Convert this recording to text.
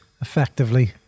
effectively